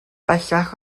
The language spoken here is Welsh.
bellach